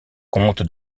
comte